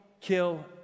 kill